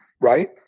right